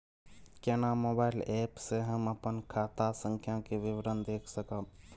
केना mobile app से हम अपन खाता संख्या के विवरण देख सकब?